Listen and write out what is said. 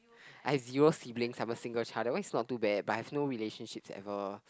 I have zero siblings I'm a single child that one is not too bad but I have no relationship ever